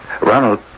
Ronald